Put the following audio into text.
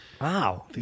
Wow